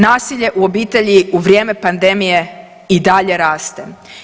Nasilje u obitelji u vrijeme pandemije i dalje raste.